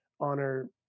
honor